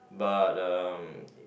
but uh